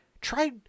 Try